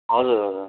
हजुर हजुर